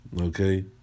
Okay